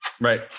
Right